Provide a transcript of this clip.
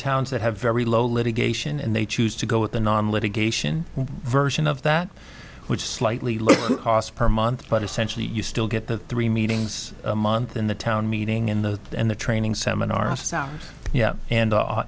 towns that have very low litigation and they choose to go with the non litigation version of that which is slightly lower cost per month but essentially you still get the three meetings a month in the town meeting in the end the training seminar sounds yeah and